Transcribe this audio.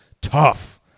tough